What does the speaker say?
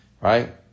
Right